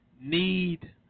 need